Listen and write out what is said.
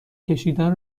کشیدن